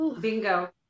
Bingo